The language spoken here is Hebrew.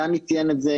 דני ציין את זה,